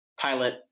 Pilot